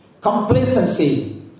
Complacency